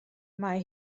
mae